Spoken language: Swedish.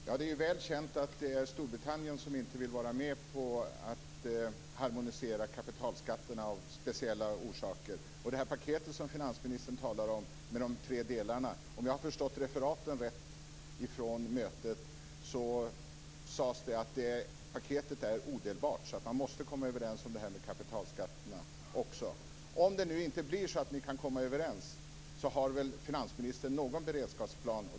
Herr talman! Det är väl känt att det är Storbritannien som inte vill vara med och harmonisera kapitalskatterna av speciella orsaker. Finansministern talar om det här paketet med de tre delarna. Om jag har förstått referaten från mötet rätt sades det att paketet är odelbart. Man måste komma överens om detta med kapitalskatterna också. Om det nu blir så att ni inte kan komma överens har väl finansministern någon beredskapsplan.